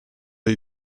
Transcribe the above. dei